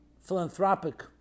philanthropic